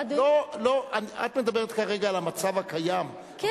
את מדברת כרגע על המצב הקיים,